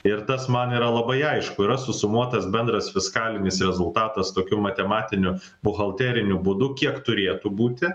ir tas man yra labai aišku yra susumuotas bendras fiskalinis rezultatas tokiu matematiniu buhalteriniu būdu kiek turėtų būti